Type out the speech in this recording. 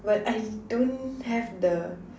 but I don't have the